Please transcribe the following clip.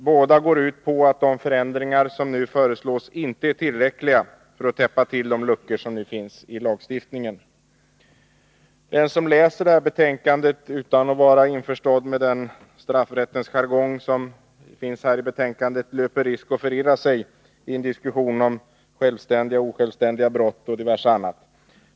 Båda går ut på att de förändringar som nu föreslås inte är tillräckliga för att täppa till luckorna i lagstiftningen. Den som läser detta betänkande utan att känna till den straffrättens jargong som återfinns i betänkandet löper risk att förirra sig i en diskussion om självständiga och osjälvständiga brott och diverse annat.